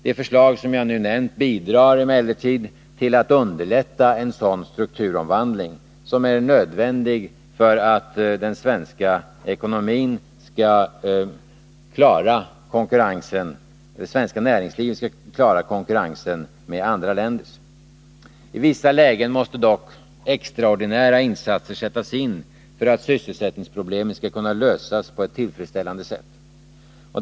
De förslag som jag nu nämnt bidrar emellertid till att underlätta en sådan strukturomvandling som är nödvändig för att det svenska näringslivet skall kunna klara konkurrensen med andra länders. I vissa lägen måste dock extraordinära insatser sättas in för att sysselsättningsproblemen skall kunna lösas på ett tillfredsställande sätt.